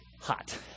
hot